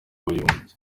w’abibumbye